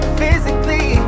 physically